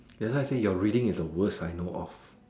that's why I say your reading is the worst I know of